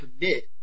commit